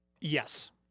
Yes